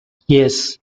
yes